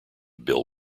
bill